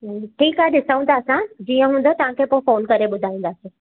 ठीकु आहे ॾिसूं था असां जीअं हूंदव तव्हां खे पोइ फोन करे ॿुधाईंदासीं